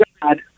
God